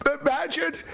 Imagine